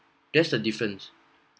that's the difference